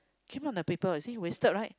came out in the paper you see wasted right